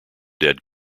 dead